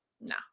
nah